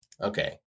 Okay